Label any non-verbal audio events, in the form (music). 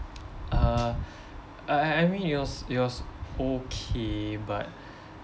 uh (breath) I I mean it was it was okay but (breath)